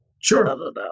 Sure